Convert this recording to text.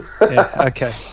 okay